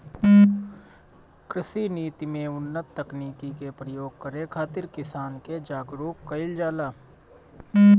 कृषि नीति में उन्नत तकनीकी के प्रयोग करे खातिर किसान के जागरूक कईल जाला